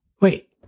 Wait